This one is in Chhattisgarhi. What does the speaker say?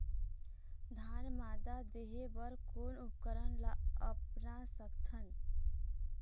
धान मादा देहे बर कोन उपकरण ला अपना सकथन?